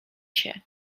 się